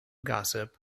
gossip